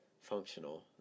functional